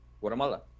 Guatemala